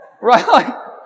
Right